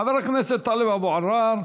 חבר הכנסת טלב אבו עראר,